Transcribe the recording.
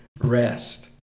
Rest